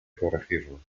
corregirlo